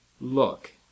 look